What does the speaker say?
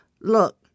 Look